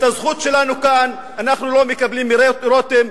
את הזכות שלנו כאן אנחנו לא מקבלים לא מרותם,